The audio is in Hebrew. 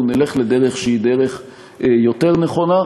נלך לדרך שהיא דרך יותר נכונה.